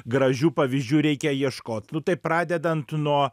gražių pavyzdžių reikia ieškot nu tai pradedant nuo